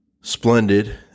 splendid